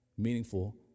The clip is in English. Meaningful